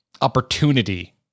opportunity